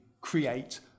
create